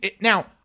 now